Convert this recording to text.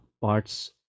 parts